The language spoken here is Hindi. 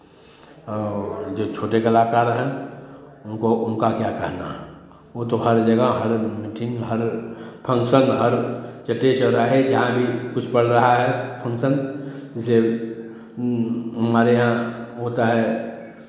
और जो छोटे कलाकार हैं उनको उनका क्या कहना वो तो हर जगह हर मीटिंग हर फँक्शन हर चटिए चौराहे यहाँ भी कुछ बढ़ रहा है फंक्शन जैसे हमारे यहाँ वो होता है